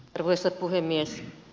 arvoisa puhemies